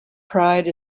pride